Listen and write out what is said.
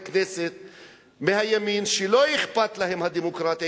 כנסת מהימין שלא אכפת להם הדמוקרטיה,